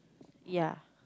ya